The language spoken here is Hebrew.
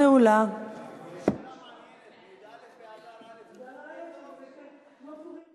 והיא עוברת לדיון בוועדת החוקה, חוק ומשפט.